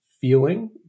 feeling